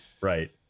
right